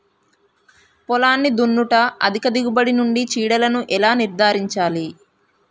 పొలాన్ని దున్నుట అధిక దిగుబడి నుండి చీడలను ఎలా నిర్ధారించాలి?